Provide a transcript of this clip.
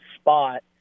spot